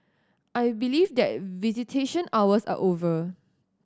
I believe that visitation hours are over